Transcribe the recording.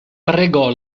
pregò